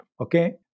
okay